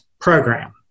program